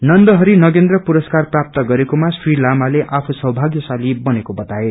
नन्द हरि नगेन्द्र पुरस्कार प्राप्त गरेकोमा श्री लामाले अाँ सौभागयशाली बनेको बताए